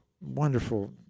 wonderful